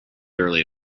early